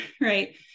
right